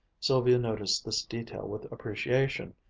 sylvia noticed this detail with appreciation,